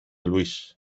luis